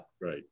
right